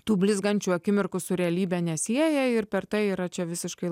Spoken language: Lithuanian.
tų blizgančių akimirkų su realybe nesieja ir per tai yra čia visiškai